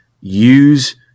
use